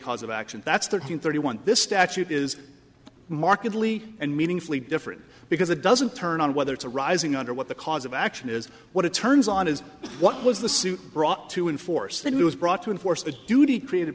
cause of action that's thirteen thirty one this statute is markedly and meaningfully different because it doesn't turn on whether it's a rising under what the cause of action is what it turns on is what was the suit brought to enforce that it was brought to enforce the duty created